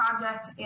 project